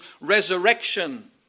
resurrection